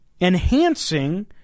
enhancing